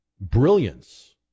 brilliance